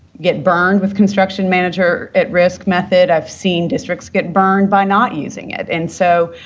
get burned with construction manager at risk method. i've seen districts get burned by not using it, and so,